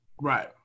right